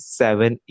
seven